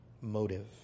motive